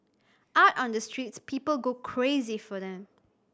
out on the streets people go crazy for them